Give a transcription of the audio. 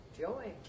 joy